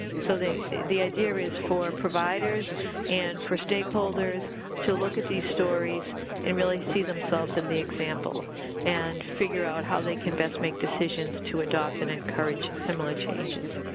so they the idea is for providers and for stakeholders to look at these stories and really see themselves in the example and figure out how they can best make decisions to adopt and encourage similar changes.